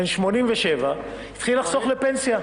בן 87, התחיל לחסוך לפנסיה.